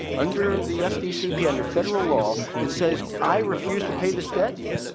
under the fdcpa, under federal law, that says, i refuse to pay this debt,